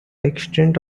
extent